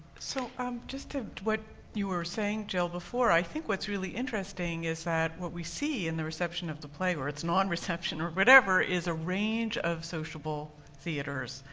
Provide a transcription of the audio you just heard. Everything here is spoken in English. so um just to what you were saying jill before, i think what's really interesting is that what we see in the reception of the play where it's non reception or whatever is a range of sociable theaters.